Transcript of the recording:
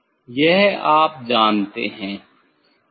यह आप जानते हैं